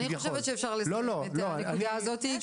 אני חושבת שאפשר לסכם את הנקודה הזאת.